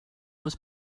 was